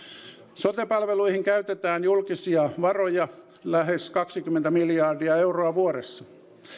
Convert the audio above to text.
sote palveluihin käytetään julkisia varoja lähes kaksikymmentä miljardia euroa vuodessa